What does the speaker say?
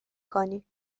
کنی